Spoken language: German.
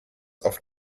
auf